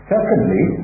Secondly